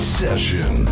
session